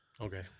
Okay